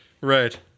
Right